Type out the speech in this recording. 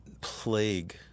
plague